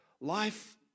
Life